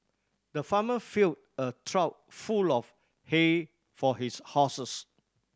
the farmer filled a trough full of hay for his horses